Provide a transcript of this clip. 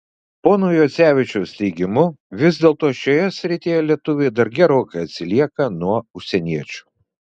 pono juocevičiaus teigimu vis dėlto šioje srityje lietuviai dar gerokai atsilieka nuo užsieniečių